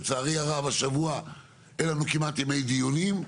לצערי הרב השבוע אין לנו כמעט ימי דיונים,